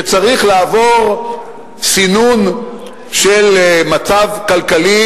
שצריך לעבור סינון של מצב כלכלי,